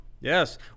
Yes